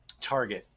target